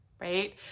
right